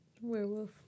werewolf